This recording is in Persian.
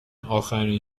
آخرین